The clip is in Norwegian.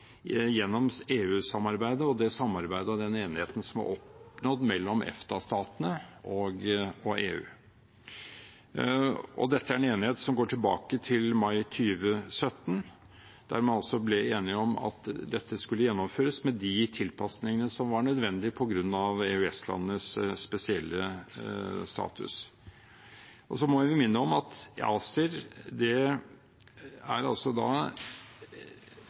gjennom EU-samarbeidet, og det samarbeidet og den enigheten som er oppnådd mellom EFTA-statene og EU. Det er en enighet som går tilbake til mai 2017, der man ble enige om at dette skulle gjennomføres med de tilpasningene som var nødvendige på grunn av EØS-landenes spesielle status. Så må vi minne om at ACER er